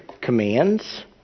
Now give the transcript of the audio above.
commands